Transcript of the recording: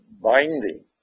binding